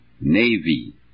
navy